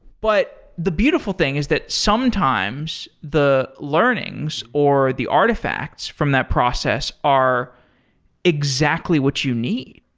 but the beautiful thing is that sometimes the learnings or the artifacts from that process are exactly what you need.